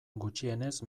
gutxienez